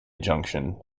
junction